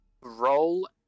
Roll